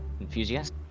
enthusiast